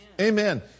Amen